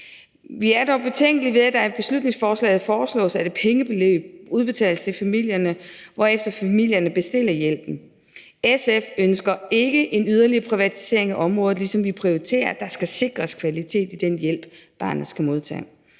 Vi er dog betænkelige ved, at der i beslutningsforslaget foreslås, at et pengebeløb udbetales til familierne, hvorefter familierne bestiller hjælpen. SF ønsker ikke en yderligere privatisering af området, ligesom vi prioriterer, at der skal sikres kvalitet i den hjælp, barnet skal modtage.